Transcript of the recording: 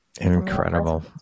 Incredible